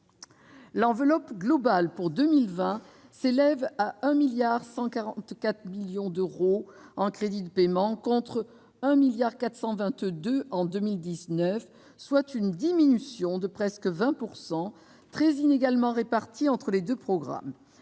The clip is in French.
L'enveloppe globale pour 2020 s'élève à 1,144 milliard d'euros en crédits de paiement, contre 1,422 milliard en 2019, soit une diminution de presque 20 %, très inégalement répartie entre les deux programmes.